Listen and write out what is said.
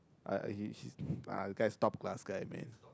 I I he that guy's top class guy man